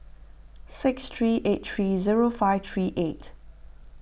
six three eight three zero five three eight